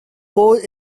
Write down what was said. core